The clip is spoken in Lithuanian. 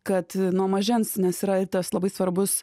kad nuo mažens nes yra tas labai svarbus